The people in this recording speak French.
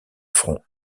front